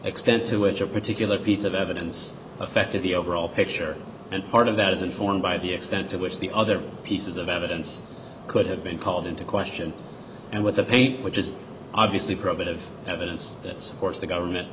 extent to which a particular piece of evidence affected the overall picture and part of that is informed by the extent to which the other pieces of evidence could have been called into question and with a peep which is obviously probative evidence that supports the government